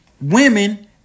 Women